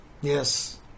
Yes